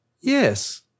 Yes